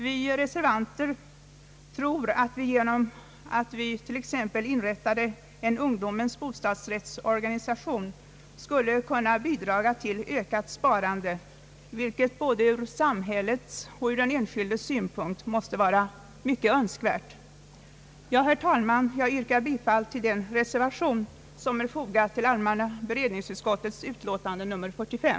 Vi reservanter tror att vi t.ex. genom att inrätta en ungdomens bostadsrättsorganisation skulle kunna bidraga till ökat sparande, något som vore önskvärt både ur samhällets och den enskildes synpunkt. Herr talman! Jag yrkar bifall till den reservation som är fogad till allmänna beredningsutskottets utlåtande nr 45.